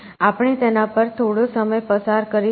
આપણે તેના પર થોડો સમય પસાર કરીશું